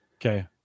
Okay